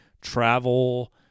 travel